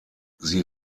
sie